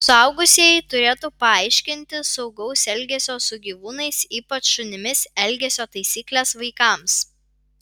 suaugusieji turėtų paaiškinti saugaus elgesio su gyvūnais ypač šunimis elgesio taisykles vaikams